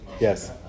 Yes